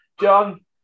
John